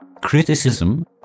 Criticism